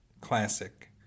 classic